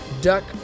duck